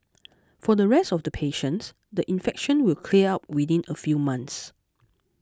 for the rest of the patients the infection will clear up within a few months